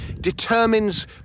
determines